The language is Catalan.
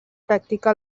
practica